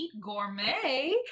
Gourmet